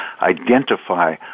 identify